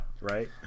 Right